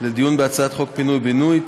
לדיון בהצעת חוק פינוי בינוי,